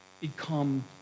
become